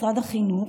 משרד החינוך,